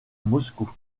moscou